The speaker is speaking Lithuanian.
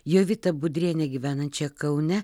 jovitą budrienę gyvenančią kaune